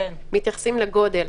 מתייחסים לגודל.